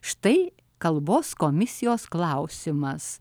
štai kalbos komisijos klausimas